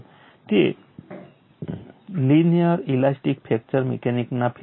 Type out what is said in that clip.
તે linear elastic fracture મિકેનિક્સના ફીલ્ડમાં છે